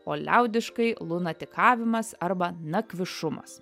o liaudiškai lunatikavimas arba nakvišumas